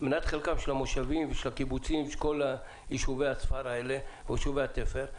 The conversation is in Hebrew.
של המושבים ושל הקיבוצים ושל כל יישובי הספר האלה ויישובי התפר,